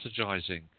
strategizing